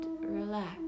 relax